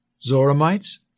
Zoramites